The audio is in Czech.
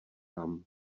tam